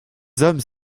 hommes